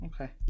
Okay